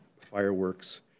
fireworks